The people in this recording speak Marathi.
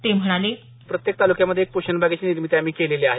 ते म्हणाले प्रत्येक तालुक्यामधे पोषण बागेची निर्मिती आम्ही केलेली आहे